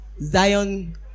Zion